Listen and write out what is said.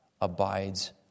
abides